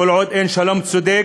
כל עוד אין שלום צודק,